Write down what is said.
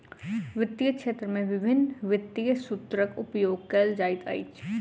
वित्तीय क्षेत्र में विभिन्न वित्तीय सूत्रक उपयोग कयल जाइत अछि